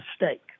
mistake